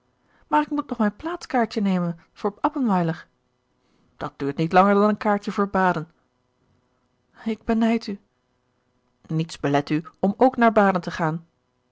maar ik moet nog mijn plaatskaartje nemen voor appenweiler dat duurt niet langer dan een kaartje voor baden ik benijd u niets belet u om ook naar baden te gaan